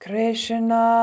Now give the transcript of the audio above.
Krishna